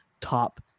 Top